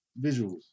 visuals